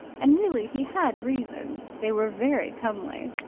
and really he had reason. they were very comely.